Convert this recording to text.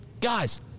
Guys